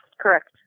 correct